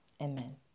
amen